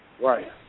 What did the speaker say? Right